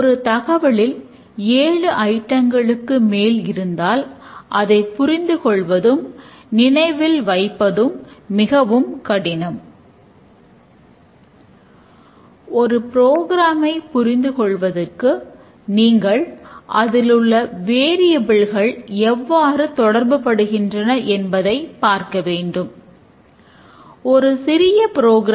ஒவ்வொரு செயல்களும் வட்ட வடிவத்தை உபயோகித்து காண்பிக்கப்படுகின்றன என்று கூறினோம்